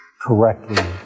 correctly